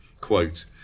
Quote